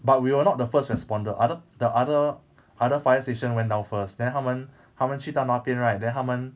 but we were not the first responder other the other other fire station went down first then 他们他们去到那边 right then 他们